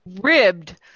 ribbed